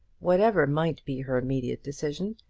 whatever might be her immediate decision,